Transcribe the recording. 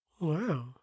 Wow